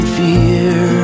fear